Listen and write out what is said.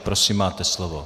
Prosím, máte slovo.